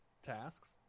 tasks